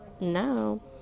No